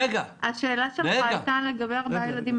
השאלה שלך הייתה לגבי ארבעה ילדים.